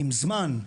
עם זמן,